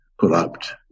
corrupt